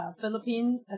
Philippine